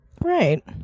right